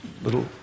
little